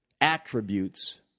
attributes